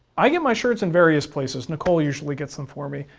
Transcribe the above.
i get my shirts in various places. nicole usually gets them for me.